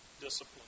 discipline